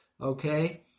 Okay